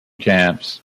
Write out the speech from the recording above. camps